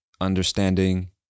understanding